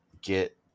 get